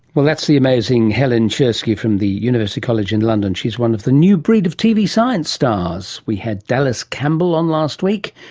that's the amazing helen czerski from the university college in london. she is one of the new breed of tv science stars. we had dallas campbell on last week,